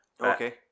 Okay